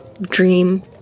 Dream